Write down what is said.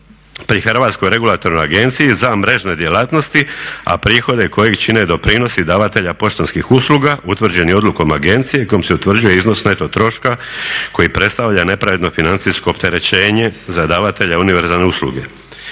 pri Hrvatskoj regulatornoj agenciji za mrežne djelatnosti, a prihode kojih čine doprinosi davatelja poštanskih usluga utvrđeni odlukom agencije kojom se utvrđuje iznos neto troška koji predstavlja nepravedno financijsko opterećenje za davatelja univerzalne usluge.